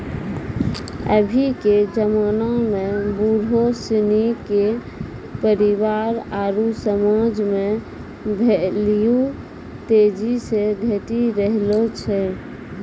अभी के जबाना में बुढ़ो सिनी के परिवार आरु समाज मे भेल्यू तेजी से घटी रहलो छै